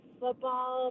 football